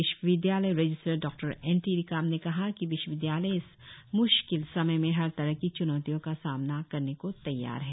विश्वविद्यालय रेजिस्ट्रार डॉ N T रिकाम ने कहा कि विश्वविद्यालय इस म्श्कित समय में हर तरह की च्नौतियों का सामना करने को तैयार है